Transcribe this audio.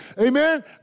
Amen